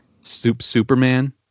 Superman